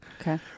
okay